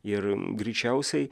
ir greičiausiai